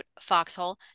Foxhole